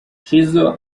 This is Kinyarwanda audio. shizzo